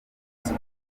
bosco